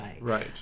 Right